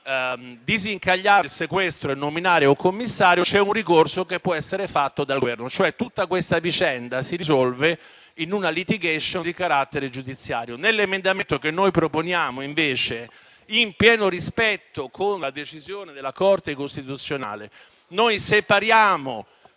di disincagliare il sequestro e nominare un commissario, c'è un ricorso che può essere fatto dal Governo. Pertanto tutta questa vicenda si risolve in una *litigation* di carattere giudiziario. Nell'emendamento che proponiamo, invece, in pieno rispetto della decisione della Corte costituzionale, noi separiamo